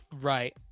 Right